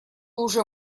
уже